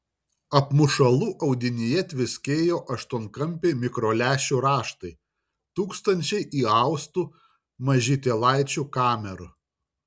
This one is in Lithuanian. apmušalų audinyje tviskėjo aštuonkampiai mikrolęšių raštai tūkstančiai įaustų mažytėlaičių kamerų